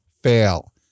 fail